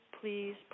please